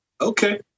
Okay